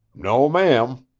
no, ma'am,